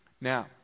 Now